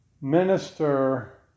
minister